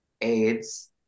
AIDS